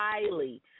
highly